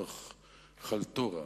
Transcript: מתוך חלטורה,